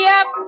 up